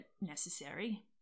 necessary